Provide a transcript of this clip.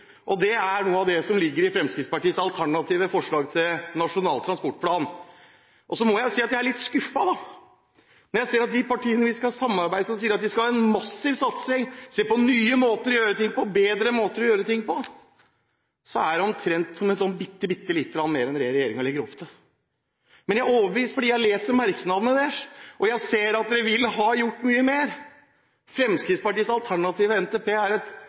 ting. Det er noe av det som ligger i Fremskrittspartiets alternative forslag til Nasjonal transportplan. Så må jeg si at jeg er litt skuffet, når jeg ser at de partiene som vi skal samarbeide med, sier at vi skal ha en massiv satsing og se på nye og bedre måter å gjøre ting på, og så er det omtrent bitte litt mer enn det regjeringen legger opp til. Men jeg er overbevist, for jeg leser merknadene deres og ser at de vil ha gjort mye mer. Fremskrittspartiets alternative NTP er et